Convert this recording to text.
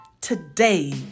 Today